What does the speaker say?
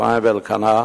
עץ-אפרים ואלקנה,